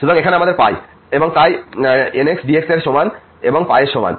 সুতরাং এখানে আমাদের মান π তাই nx dx এর সমান এবং এর সমান